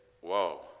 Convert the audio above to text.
Whoa